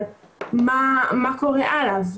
על מה קורה הלאה,